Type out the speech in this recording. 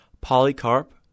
Polycarp